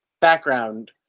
background